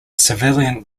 civilian